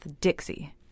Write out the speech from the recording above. Dixie